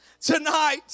tonight